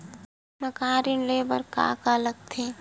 मकान ऋण ले बर का का लगथे?